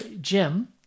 Jim